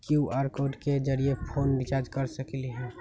QR code के जरिय phone recharge कर सकली ह?